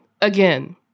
again